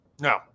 No